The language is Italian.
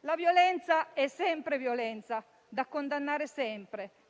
La violenza è sempre tale e sempre da condannare,